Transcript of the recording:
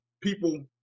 people